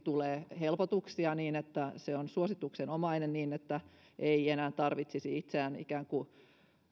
tulee helpotuksia niin että se on suosituksenomainen niin että ei enää tarvitsisi itseään kokea ikään kuin